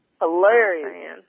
Hilarious